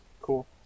Cool